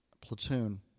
platoon